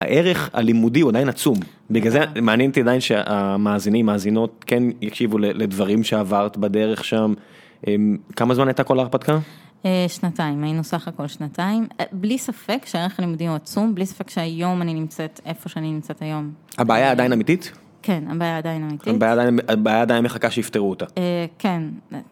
הערך הלימודי הוא עדיין עצום, בגלל זה... מעניין תי עדיין שהמאזינים, המאזינות כן יקשיבו לדברים שעברת בדרך, כמה זמן היתה כל ההרפתקה? שנתיים, היינו סך הכל שנתיים. בלי ספק שהערך הלימודי הוא עצום, בלי ספק שהיום אני נמצאת איפה שנמצאת היום. הבעיה עדיין אמיתית? כן, הבעיה עדיין אמיתית. הבעיה עדיין מחכה שיפטרו אותה? כן.